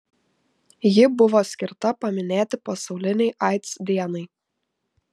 ji buvo skirta paminėti pasaulinei aids dienai